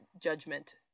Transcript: judgment